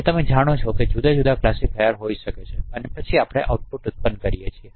જે તમે જાણો છો કે જુદા જુદા ક્લાસિફાયર હોઈ શકે છે અને પછી આપણે આઉટપુટ ઉત્પન્ન કરીએ છીએ